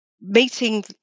meeting